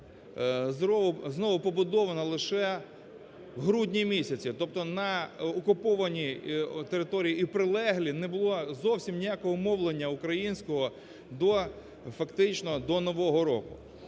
знову побудована лише в грудні місяці, тобто на окупованій території і прилеглій не було зовсім ніякого мовлення українського до, фактично